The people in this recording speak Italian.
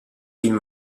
film